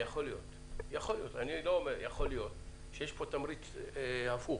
יכול להיות שיש פה תמריץ שהפך